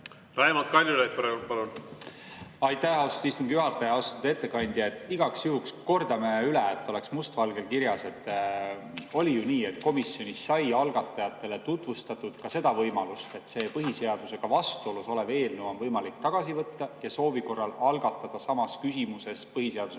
Raimond Kaljulaid, palun! Aitäh, austatud istungi juhataja! Austatud ettekandja! Igaks juhuks kordame üle, et oleks must valgel kirjas. Oli ju nii, et komisjonis sai algatajatele tutvustatud ka seda võimalust, et see põhiseadusega vastuolus olev eelnõu on võimalik tagasi võtta ja soovi korral algatada samas küsimuses põhiseadusega